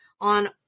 on